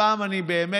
הפעם אני באמת,